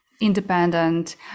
independent